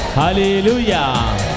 hallelujah